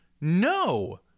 no